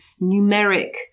numeric